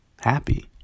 happy